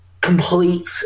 complete